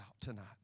tonight